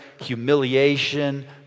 humiliation